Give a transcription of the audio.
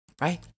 right